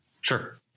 Sure